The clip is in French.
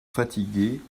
fatigués